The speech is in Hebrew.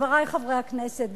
חברי חברי הכנסת,